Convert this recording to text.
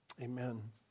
Amen